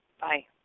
Bye